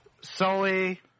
Sully